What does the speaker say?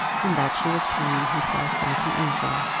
and that she was carrying herself like an angel.